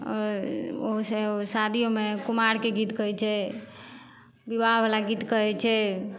आओर ओइसँ शादीमे कुमारके गीत कहय छै बिवाहवला गीत कहय छै